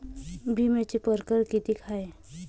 बिम्याचे परकार कितीक हाय?